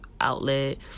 outlet